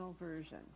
Version